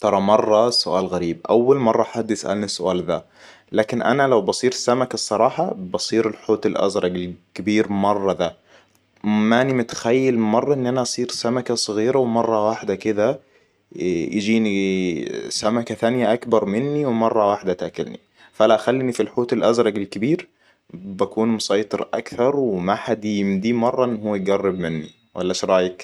ترى مرة سؤال غريب اول مرة حد يسألني السؤال ذا. لكن انا لو بصيت سمك الصراحة بصير الحوت الأزرق كبير مرة ده. ماني متخيل مرة ان انا اصيد سمكة صغيرة ومرة واحدة كده. يجيني سمكة تانية اكبر مني ومرة واحدة تاكلني فلا خلني فالحوت الازرق الكبير بكون مسيطر اكثر وما حد يمديه مرة ان هو يقرب مني ولا شرايك؟